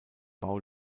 bau